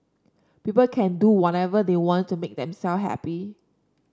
people can do whatever they want to make themself happy